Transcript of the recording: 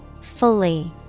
Fully